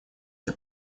для